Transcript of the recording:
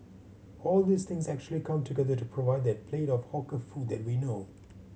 all these things actually come together to provide that plate of hawker food that we know